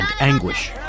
anguish